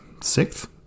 sixth